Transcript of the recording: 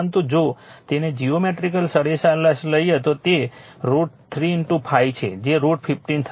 પરંતુ જો તેને જીઓમેટ્રિક સરેરાશ લઈએ તો તે √ 3 5 છે તે √ 15 થશે